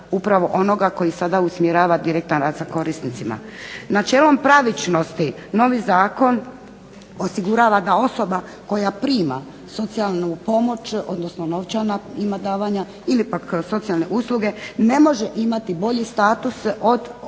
Načelom pravičnosti novi zakon osigurava ga osoba koja prima socijalnu pomoć odnosno novčana ima davanja ili pak socijalne usluge ne može imati bolji status od drugog